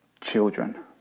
children